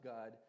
God